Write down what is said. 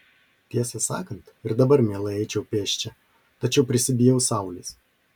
tiesą sakant ir dabar mielai eičiau pėsčia tačiau prisibijau saulės